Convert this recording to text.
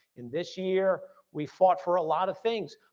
in this year we fought for a lot of things,